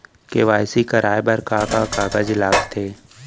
KYC कराये बर का का कागज लागथे?